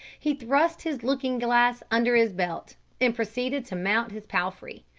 he thrust his looking-glass under his belt, and proceeded to mount his palfrey,